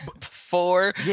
four